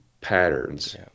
patterns